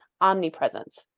omnipresence